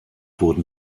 wurden